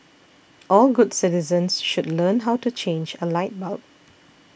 all good citizens should learn how to change a light bulb